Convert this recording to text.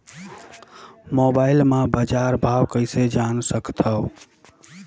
Mobile म बजार भाव कइसे जान सकथव?